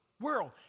world